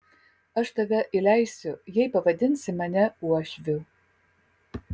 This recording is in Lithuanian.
aš tave įleisiu jei pavadinsi mane uošviu